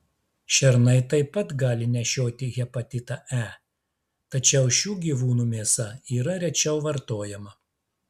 šernai taip pat gali nešioti hepatitą e tačiau šių gyvūnų mėsa yra rečiau vartojama